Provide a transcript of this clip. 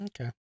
Okay